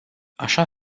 așa